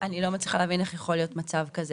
מאותה סיבה שאמרתם שיכול לקרות שהוא לא מקבל,